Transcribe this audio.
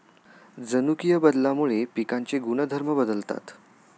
जनुकीय बदलामुळे पिकांचे गुणधर्म बदलतात